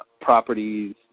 properties